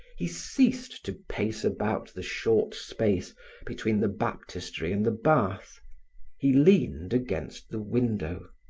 he ceased to pace about the short space between the baptistery and the bath he leaned against the window.